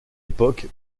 époque